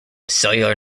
cellular